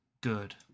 good